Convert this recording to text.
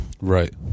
Right